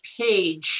page